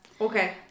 Okay